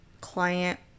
client